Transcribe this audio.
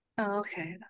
Okay